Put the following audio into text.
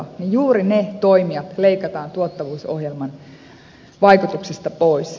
juuri ne toimijat leikataan tuottavuusohjelman vaikutuksesta pois